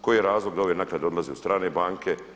Koji je razlog da ove naknade odlaze u strane banke?